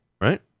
right